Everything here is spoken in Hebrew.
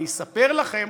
אספר לכם